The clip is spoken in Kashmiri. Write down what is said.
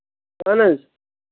اَہن حظ